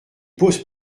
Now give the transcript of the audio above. pose